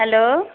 hello